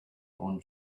own